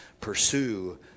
Pursue